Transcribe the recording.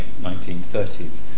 1930s